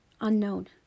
unknown